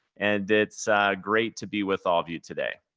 and it's great to be with all of you today.